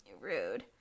rude